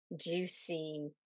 juicy